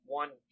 one